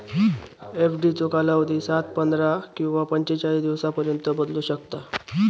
एफडीचो कालावधी सात, पंधरा किंवा पंचेचाळीस दिवसांपर्यंत बदलू शकता